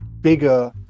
bigger